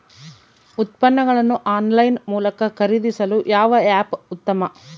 ಉತ್ಪನ್ನಗಳನ್ನು ಆನ್ಲೈನ್ ಮೂಲಕ ಖರೇದಿಸಲು ಯಾವ ಆ್ಯಪ್ ಉತ್ತಮ?